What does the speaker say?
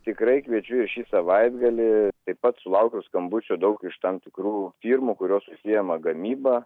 tikrai kviečiu ir šį savaitgalį taip pat sulaukiau skambučių daug iš tam tikrų firmų kurios užsiima gamyba